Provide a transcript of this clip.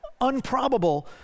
unprobable